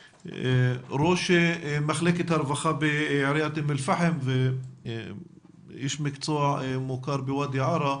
ראש מחלקת הרווחה בעיריית אום אל-פאחם ואיש מקצוע מוכר בוואדי עארה.